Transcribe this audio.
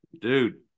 Dude